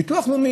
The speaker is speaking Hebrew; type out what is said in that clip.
הביטוח הלאומי,